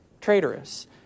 traitorous